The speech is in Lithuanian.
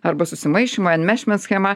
arba susimaišymo enmešment schema